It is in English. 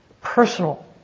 personal